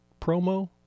promo